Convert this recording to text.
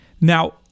Now